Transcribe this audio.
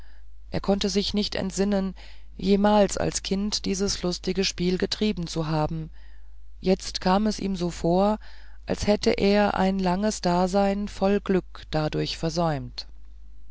er konnte sich nicht entsinnen jemals als kind dieses lustige spiel getrieben zu haben jetzt kam es ihm vor als hätte er ein langes dasein voll glück dadurch versäumt